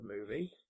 movie